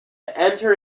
enter